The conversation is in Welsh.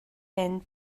hyn